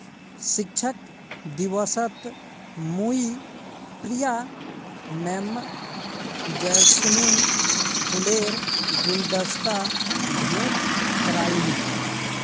शिक्षक दिवसत मुई प्रिया मैमक जैस्मिन फूलेर गुलदस्ता भेंट करयानू